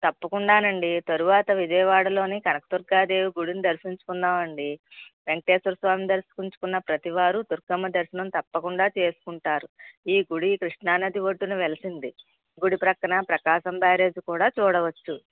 తప్పకుండా అండి తరువాత విజయవాడలోని కనకదుర్గాదేవి గుడిని దర్శించుకుందాము అండి వెంకటేశ్వర స్వామిని దర్శించుకున్న ప్రతీవారు దుర్గమ్మ దర్శనం తప్పకుండా చేసుకుంటారు ఈ గుడి కృష్ణానది ఒడ్డున వెలిసింది గుడి ప్రక్కన ప్రకాశం బ్యారేజ్ కూడా చూడవచ్చు